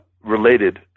related